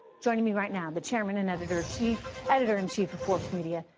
joining me right now, the chairman and editor-in-chief editor-in-chief of forbes media,